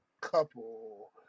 couple